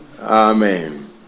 Amen